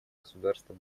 государство